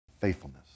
faithfulness